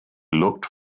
looked